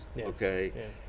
Okay